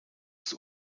ist